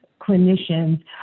clinicians